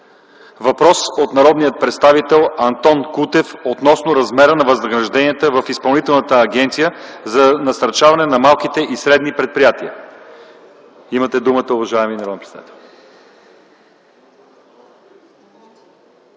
Въпрос от народния представител Антон Кутев относно размера на възнагражденията в Изпълнителната агенция за насърчаване на малките и средни предприятия. Имате думата. АНТОН КУТЕВ (КБ): Уважаеми